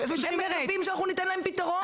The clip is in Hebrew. הם מצפים שאנחנו ניתן להם פתרון.